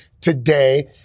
Today